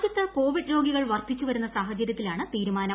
രാജ്യത്ത് കോവിഡ് രോഗികൾ വർധിച്ചു വരുന്ന സാഹചര്യത്തിലാണ് തീരുമാനം